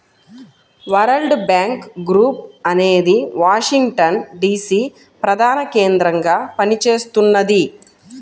world Bank Group అనేది Washington DC ప్రధానకేంద్రంగా పనిచేస్తున్నది